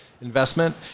investment